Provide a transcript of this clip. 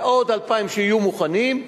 ועוד 2,000 שיהיו מוכנים,